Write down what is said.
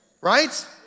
Right